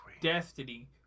Destiny